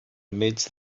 midst